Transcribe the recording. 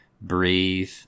breathe